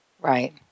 Right